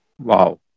Wow